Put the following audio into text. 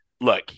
look